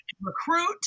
recruit